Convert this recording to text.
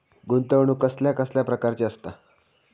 गुंतवणूक कसल्या कसल्या प्रकाराची असता?